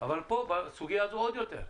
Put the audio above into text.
אבל כאן בסוגיה הזאת עוד יותר.